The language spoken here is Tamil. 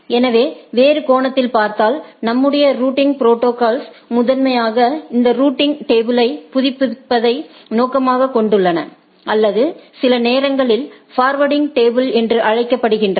எனவே வேறு கோனத்தில் பார்த்தால் நம்முடை ரூட்டிங் ப்ரோடோகால்ஸ் முதன்மையாக இந்த ரூட்டிங் டேபிளை புதுப்பிப்பதை நோக்கமாகக் கொண்டுள்ளன அல்லது சில நேரங்களில்ஃபார்வர்டிங் டேபிள் என்று அழைக்கப்படுகின்றன